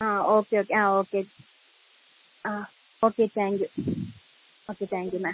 ആ okay okay ആ okay ആ okay thank you okay thank you ma'am